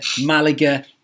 Malaga